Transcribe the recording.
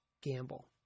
gamble